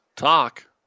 talk